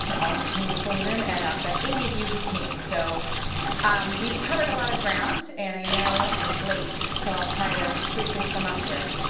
all of whom are still in the room, and about eighty of you who came. so we covered a lot of ground, and i know it's late, so i'll try to briefly sum up here.